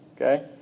Okay